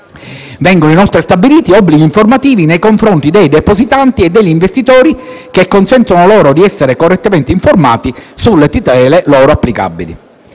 Vengono, inoltre, stabiliti obblighi informativi nei confronti dei depositanti e degli investitori, che consentono loro di essere correttamente informati sulle tutele loro applicabili.